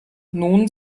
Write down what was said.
nun